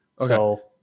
okay